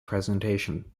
presentation